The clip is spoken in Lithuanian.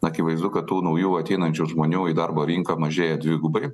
akivaizdu kad tų naujų ateinančių žmonių į darbo rinką mažėja dvigubai